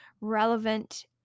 relevant